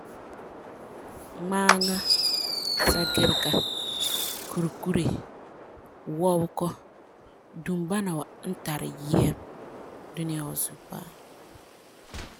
Ŋmaaŋa, Sageriga, Kurikuri, wɔbege, dubana wa n tari yɛm dunia wa zuo paa.